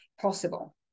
possible